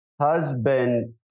husband